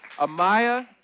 Amaya